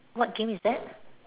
what game is that